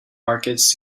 markets